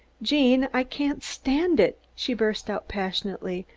gene, i can't stand it, she burst out passionately.